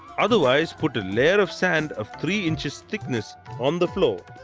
otherwise put a layer of sand of three inches thickness on the oor.